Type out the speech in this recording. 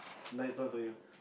nice one for you